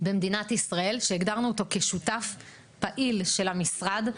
במדינת ישראל, שהגדרנו אותו כשותף פעיל של המשרד.